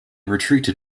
retreated